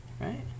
Right